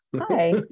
Hi